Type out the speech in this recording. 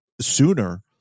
sooner